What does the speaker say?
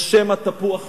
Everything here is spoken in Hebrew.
או שמא תפוח אחר.